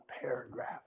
paragraph